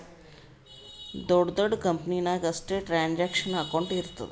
ದೊಡ್ಡ ದೊಡ್ಡ ಕಂಪನಿ ನಾಗ್ ಅಷ್ಟೇ ಟ್ರಾನ್ಸ್ಅಕ್ಷನಲ್ ಅಕೌಂಟ್ ಇರ್ತುದ್